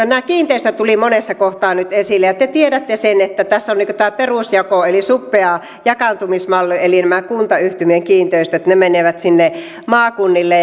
nämä kiinteistöt tulivat monessa kohtaa nyt esille ja te tiedätte sen että tässä on tämä perusjako eli suppea jakaantumismalli eli nämä kuntayhtymien kiinteistöt menevät sinne maakunnille